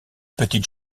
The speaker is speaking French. petites